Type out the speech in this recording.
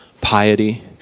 piety